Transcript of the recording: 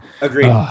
Agreed